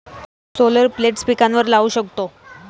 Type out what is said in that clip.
solar plates पिकांवर लाऊ शकतो